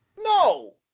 No